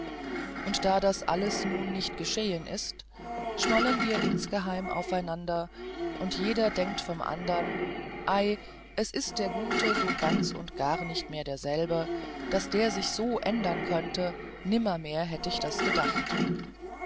und da das alles nun nicht geschehen ist schmollen wir insgeheim aufeinander und jeder denkt vom andern ei wie ist der gute so ganz und gar nicht mehr derselbe daß der sich so ändern könnte nimmermehr hätt ich das gedacht